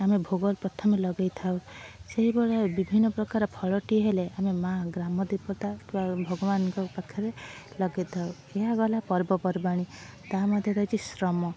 ଆମେ ଭୋଗ ପ୍ରଥମେ ଲଗାଇଥାଉ ସେହି ଭଳିଆ ଭାବେ ବିଭିନ୍ନ ପ୍ରକାର ଫଳଟିଏ ହେଲେ ଆମେ ମାଆ ଗ୍ରାମଦେବତା ଭଗବାନଙ୍କ ପାଖରେ ଲଗାଇଥାଉ ଏହା ଗଲା ପର୍ବ ପର୍ବାଣି ତାହା ମଧ୍ୟ ରହିଛି ଶ୍ରମ